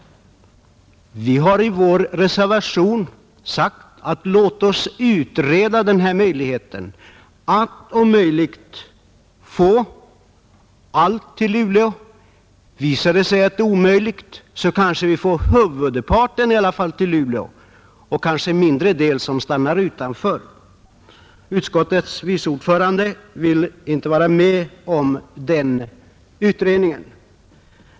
Vi har i reservationen 6 sagt: Låt oss utreda om det är möjligt att få allt till Luleå; visar det sig att det är omöjligt, kanske vi i alla fall kan få huvudparten till Luleå. Men utskottets vice ordförande vill inte vara med om den utredningen.